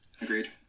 Agreed